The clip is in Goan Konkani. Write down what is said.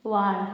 व्हाल